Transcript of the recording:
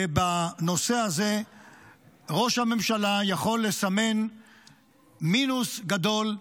בנושא הזה ראש הממשלה יכול לסמן מינוס גדול,